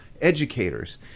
educators